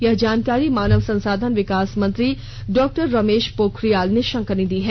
यह जानकारी मानव संसाधन विकास मंत्री डॉ रमेश पोखरियाल निशंक ने दी है